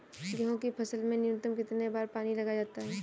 गेहूँ की फसल में न्यूनतम कितने बार पानी लगाया जाता है?